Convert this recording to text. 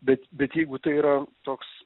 bet bet jeigu tai yra toks